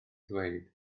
ddweud